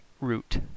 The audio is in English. root